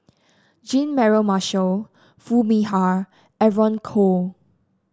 Jean Mary Marshall Foo Mee Har and Evon Kow